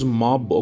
mob